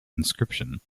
inscription